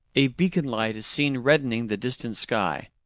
a beacon-light is seen reddening the distant sky.